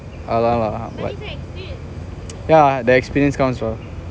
!hanna! !hanna! yeah the experience counts lah